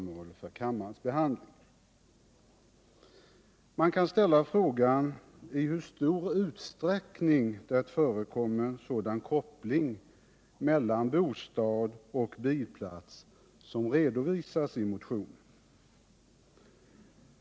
Man kan undra i hur stor utsträckning det förekommer en sådan koppling mellan bostad och bilplats som redovisas i motionen.